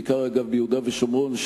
בעיקר אגב ביהודה ושומרון,